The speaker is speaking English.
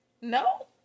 No